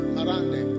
Marande